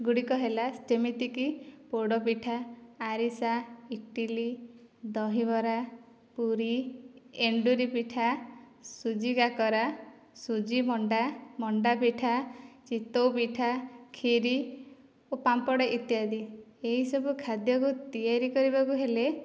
ଗୁଡ଼ିକ ହେଲା ଯେମିତିକି ପୋଡ଼ ପିଠା ଆରିସା ଇଟିଲି ଦହିବରା ପୁରୀ ଏଣ୍ଡୁରି ପିଠା ସୁଝି କାକରା ସୁଝି ମଣ୍ଡା ମଣ୍ଡା ପିଠା ଚିତଉ ପିଠା ଖିରି ଓ ପାମ୍ପଡ଼ ଇତ୍ୟାଦି ଏହିସବୁ ଖାଦ୍ୟକୁ ତିଆରି କରିବାକୁ ହେଲେ